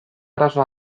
arazo